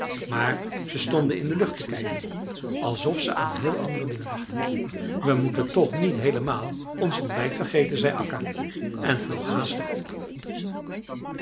maar ze stonden in de lucht te kijken alsof ze aan heel andere dingen dachten we moeten toch niet heelemaal ons ontbijt vergeten zei akka en vloog haastig op